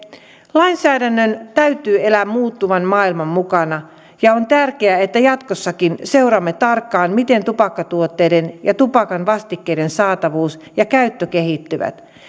lainsäädännön täytyy elää muuttuvan maailman mukana ja on tärkeää että jatkossakin seuraamme tarkkaan miten tupakkatuotteiden ja tupakan vastikkeiden saatavuus ja käyttö kehittyvät